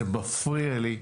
זה מפריע לי,